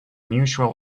unusual